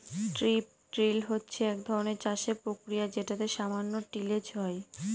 strip drill হচ্ছে এক ধরনের চাষের প্রক্রিয়া যেটাতে সামান্য টিলেজ হয়